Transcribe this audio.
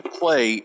play